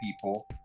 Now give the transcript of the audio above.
people